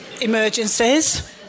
emergencies